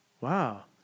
Wow